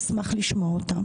אשמח לשמוע על כך.